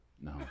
No